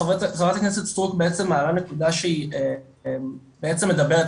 חה"כ סטרוק בעצם מעלה נקודה שהיא בעצם מדברת,